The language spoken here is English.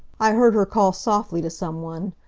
i heard her call softly to some one.